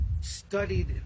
studied